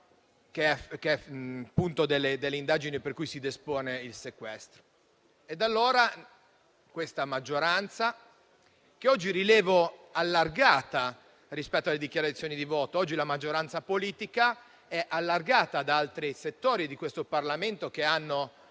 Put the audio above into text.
che è lo scopo delle indagini per cui si dispone il sequestro. Oggi la maggioranza è allargata rispetto alle dichiarazioni di voto. Oggi, la maggioranza politica, allargata ad altri settori di questo Parlamento che hanno